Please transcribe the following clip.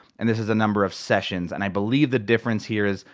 and this is the number of sessions. and i believe the difference here is,